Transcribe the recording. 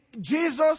Jesus